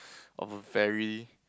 of a very